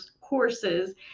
courses